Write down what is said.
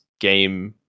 game